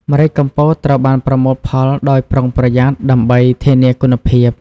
ម្រេចកំពតត្រូវបានប្រមូលផលដោយប្រុងប្រយ័ត្នដើម្បីធានាគុណភាព។